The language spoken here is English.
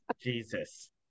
Jesus